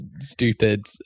stupid